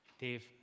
Dave